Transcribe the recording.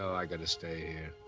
no, i've got to stay here.